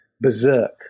berserk